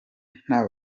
nta